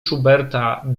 schuberta